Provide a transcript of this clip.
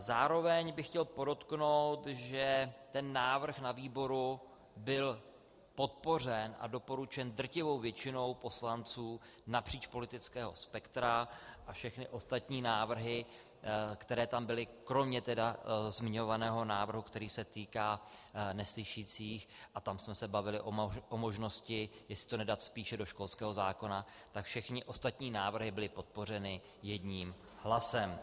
Zároveň bych chtěl podotknout, že návrh na výboru byl podpořen a doporučen drtivou většinou poslanců napříč politickým spektrem, a všechny ostatní návrhy, které tam byly, kromě zmiňovaného návrhu, který se týká neslyšících a tam jsme se bavili o možnosti, jestli to nedat spíše do školského zákona , tak všechny ostatní návrhy byly podpořeny jedním hlasem.